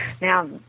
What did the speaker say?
Now